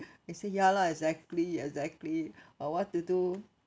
I said ya lah exactly exactly but what to do